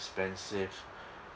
expensive